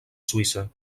suïssa